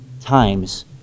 times